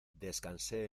descansé